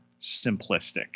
simplistic